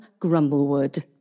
Grumblewood